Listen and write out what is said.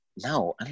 no